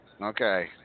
Okay